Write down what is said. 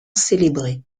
célébrés